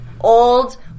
old